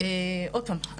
עוד פעם,